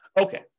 Okay